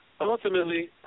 ultimately